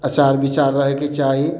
अचार विचार रहयके चाही